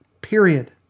period